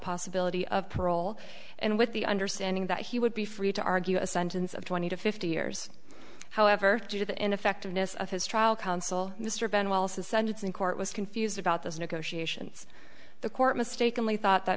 possibility of parole and with the understanding that he would be free to argue a sentence of twenty to fifty years however due to the ineffectiveness of his trial counsel mr ben wallace the sentencing court was confused about those negotiations the court mistakenly thought that